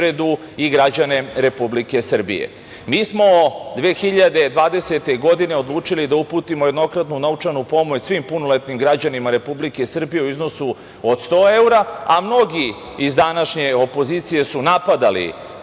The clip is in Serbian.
i građane Republike Srbije. Mi smo 2020. godine odlučili da uputimo jednokratnu novčanu pomoć svim punoletnim građanima Republike Srbije u iznosu od 100 evra, a mnogi iz današnje opozicije su napadali